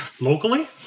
Locally